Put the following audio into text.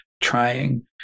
trying